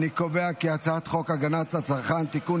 אני קובע כי הצעת חוק הגנת הצרכן (תיקון,